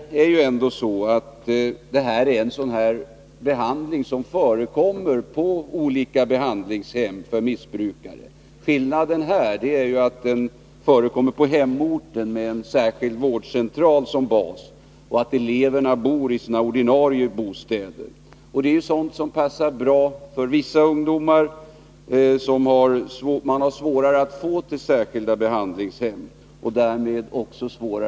Den behandling som ges förekommer på olika behandlingshem för missbrukare. Skillnaden här är att den ges på hemorten med en särskild vårdcentral som bas och att eleverna bor i sina ordinarie bostäder. Det passar bra för vissa ungdomar, som man har svårare att få till särskilda behandlingshem.